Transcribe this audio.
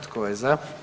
Tko je za?